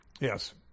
Yes